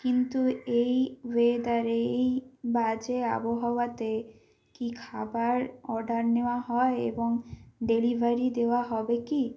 কিন্তু এই ওয়েদারে এই বাজে আবহাওয়াতে কী খাবার অর্ডার নেওয়া হয় এবং ডেলিভারি দেওয়া হবে কি